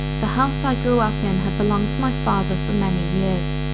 the house i grew up in had belonged to my father for many years,